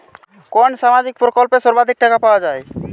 কোন সামাজিক প্রকল্পে সর্বাধিক টাকা পাওয়া য়ায়?